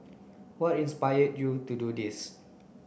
what inspired you to do this